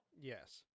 Yes